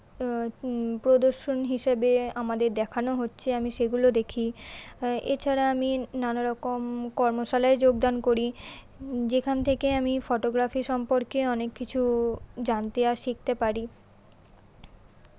প্রদর্শন হিসেবে আমাদের দেখানো হচ্ছে আমি সেগুলো দেখি এছাড়া আমি নানারকম কর্মশালায় যোগদান করি যেখান থেকে আমি ফটোগ্রাফি সম্পর্কে অনেক কিছু জানতে আর শিখতে পারি